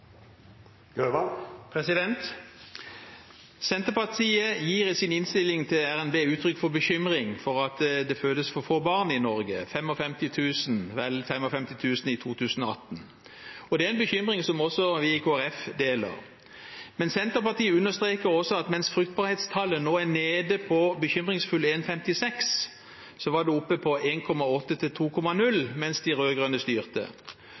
Senterpartiet gir i sin innstilling til RNB uttrykk for bekymring for at det fødes for få barn i Norge, vel 55 000 i 2018. Det er en bekymring som vi i Kristelig Folkeparti deler. Men Senterpartiet understreker også at mens fruktbarhetstallet nå er nede på bekymringsfulle 1,56, var det oppe på